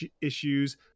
issues